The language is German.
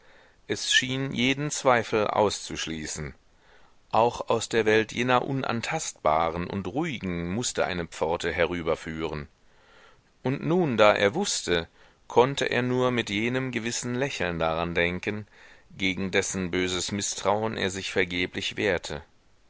es schien jeden zweifel auszuschließen auch aus der welt jener unantastbaren und ruhigen mußte eine pforte herüberführen und nun da er wußte konnte er nur mit jenem gewissen lächeln daran denken gegen dessen böses mißtrauen er sich vergeblich wehrte